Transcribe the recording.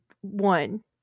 one